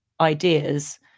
ideas